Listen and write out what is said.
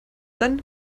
dann